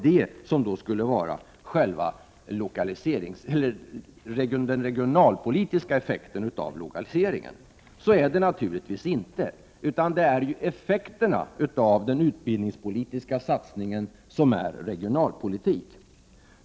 Detta skulle alltså vara den regionalpolitiska effekten av lokaliseringen. Så är det naturligtvis inte, utan det är effekten av den utbildningspolitiska satsningen som är regionalpolitik.